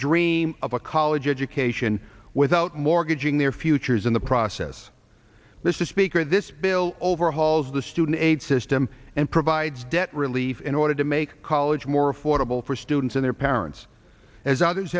dream of a college education without mortgaging their futures in the process this is speaker this bill overhauls the student aid system and provides debt relief in order to make college more affordable for students and their parents as others